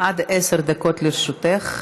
עד עשר דקות לרשותך.